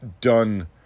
done